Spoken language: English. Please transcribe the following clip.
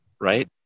right